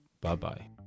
Bye-bye